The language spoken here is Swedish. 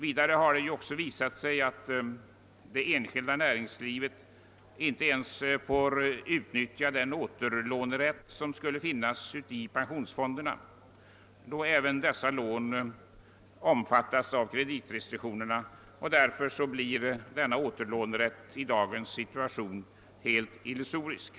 Vidare har det ju också visat sig att det enskilda näringslivet inte ens får utnyttja den återlånerätt som skulle finnas i pensionsfonderna, då även dessa lån omfattas av kreditrestriktionerna. Därför blir denna återlånerätt i dagens situation helt illusorisk.